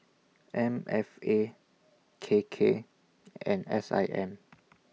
M F A K K and S I M